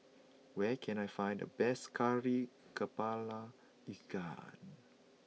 where can I find the best Kari Kepala Ikan